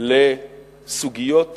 לעתים לסוגיות